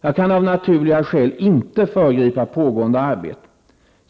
Jag kan av naturliga skäl inte föregripa pågående arbete.